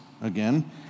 again